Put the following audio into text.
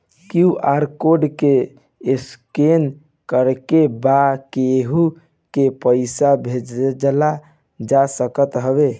QR code के scan करके बा केहू के पईसा भेजल जा सकत हवे